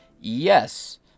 yes